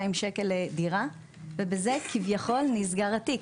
שקלים לדירה ובזה כביכול נסגר התיק.